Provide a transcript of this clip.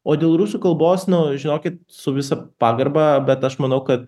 o dėl rusų kalbos nu žinokit su visa pagarba bet aš manau kad